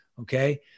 okay